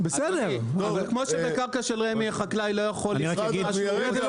כמו שבקרקע של רמ"י החקלאי לא יכול --- סליחה,